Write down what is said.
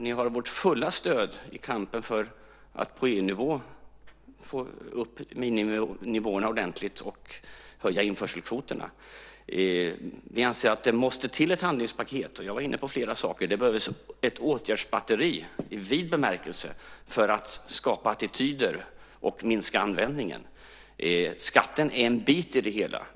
Ni har vårt fulla stöd i kampen för att på EU-nivå få upp miniminivåerna ordentligt och minska införselkvoterna. Vi anser att det måste till ett handlingspaket. Jag var inne på flera saker. Det behövs ett åtgärdsbatteri i vid bemärkelse för att skapa attityder och minska användningen. Skatten är en bit i det hela.